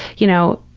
you know,